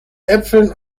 äpfeln